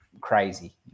crazy